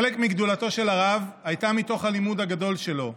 חלק מגדולתו של הרב הייתה מתוך הלימוד הגדול שלו.